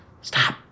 stop